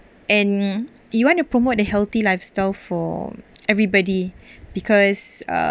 and you want to promote a healthy lifestyle for everybody because